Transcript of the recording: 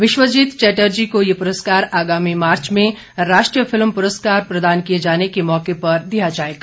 बिस्वजीत चटर्जी को ये पुरस्कार आगामी मार्च में राष्ट्रीय फिल्म प्रस्कार प्रदान किए जाने के मौके पर दिया जाएगा